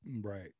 right